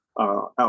out